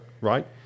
right